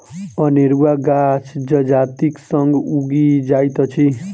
अनेरुआ गाछ जजातिक संग उगि जाइत अछि